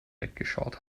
weggeschaut